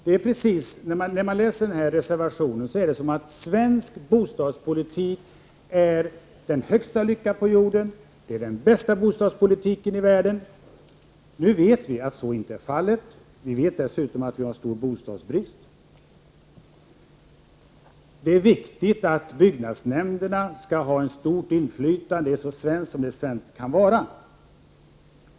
Den som läser reservationen får intrycket att svensk bostadspolitik är högsta lycka på jorden, att vi har den bästa bostadspolitiken i världen. Nu vet vi att så inte är fallet. Vi vet dessutom att det råder stor bostadsbrist i vårt land. Det är viktigt att byggnadsnämnderna har ett stort inflytande, anser Per Prot. 1988/89:129 Gahrton, och det är så svenskt det kan vara.